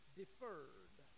deferred